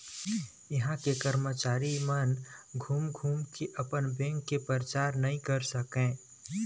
इहां के करमचारी मन घूम घूम के अपन बेंक के परचार नइ कर सकय